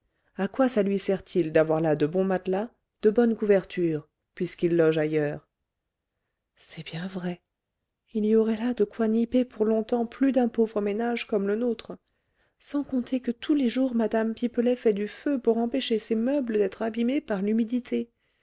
à quoi ça lui sert-il d'avoir là de bons matelas de bonnes couvertures puisqu'il loge ailleurs c'est bien vrai il y aurait là de quoi nipper pour longtemps plus d'un pauvre ménage comme le nôtre sans compter que tous les jours mme pipelet fait du feu pour empêcher ses meubles d'être abîmés par l'humidité